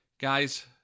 Guys